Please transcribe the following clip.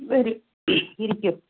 വരൂ ഇരിക്കൂ